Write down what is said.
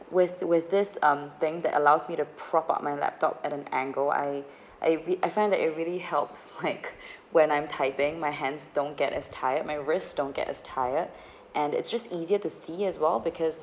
with with this um thing that allows me to prop up my laptop at an angle I it re~ I find that it really helps like when I'm typing my hands don't get as tired my wrist don't get as tired and it's just easier to see as well because